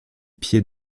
pieds